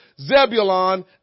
Zebulon